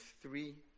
three